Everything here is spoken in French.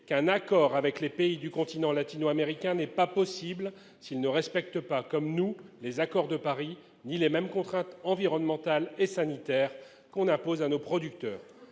qu'un « accord avec les pays du continent latino-américain n'est pas possible s'ils ne respectent pas comme nous les accords de Paris, ni les mêmes contraintes environnementales et sanitaires qu'on impose à nos producteurs